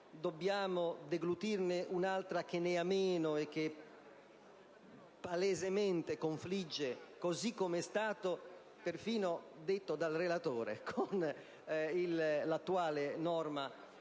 dobbiamo deglutirne un'altra che ne ha meno e che palesemente confligge, come è stato perfino detto dal relatore, con l'attuale normativa